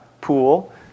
pool